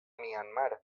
myanmar